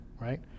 Right